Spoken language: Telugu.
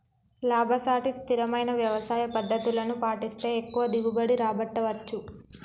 లాభసాటి స్థిరమైన వ్యవసాయ పద్దతులను పాటిస్తే ఎక్కువ దిగుబడి రాబట్టవచ్చు